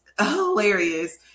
hilarious